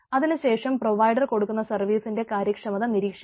അതിനുശേഷം പ്രൊവൈഡർ കൊടുക്കുന്ന സർവ്വീസിന്റെ കാര്യക്ഷമത നിരീക്ഷിക്കണം